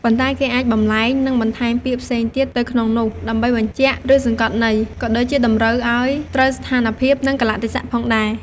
ប៉ុន្តែគេអាចបម្លែង និងបន្ថែមពាក្យផ្សេងទៀតទៅក្នុងនោះ ដើម្បីបញ្ជាក់ ឬ សង្កត់ន័យ ក៏ដូចជាតម្រូវឱ្យត្រូវស្ថានភាព និង កាលៈទេសៈផងដែរ។